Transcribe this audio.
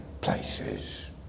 places